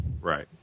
Right